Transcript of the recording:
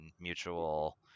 mutual